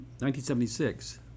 1976